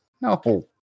no